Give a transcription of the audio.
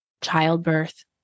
Childbirth